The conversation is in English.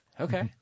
Okay